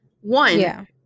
One